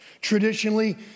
Traditionally